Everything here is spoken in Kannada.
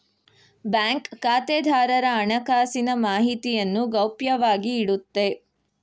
ಬ್ಯಾಂಕ್ ಖಾತೆದಾರರ ಹಣಕಾಸಿನ ಮಾಹಿತಿಯನ್ನು ಗೌಪ್ಯವಾಗಿ ಇಡುತ್ತೆ